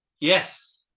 yes